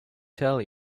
tell